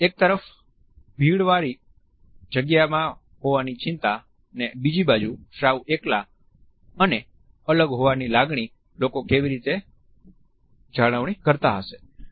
એક તરફ ભીડવાળી જગ્યામાં હોવાની ચિંતા ને બીજી બાજુ સાવ એકલા અને અલગ હોવાની લાગણી લોકો કેવી રીતે જાળવણી કરતા હશે